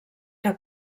que